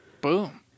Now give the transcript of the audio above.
Boom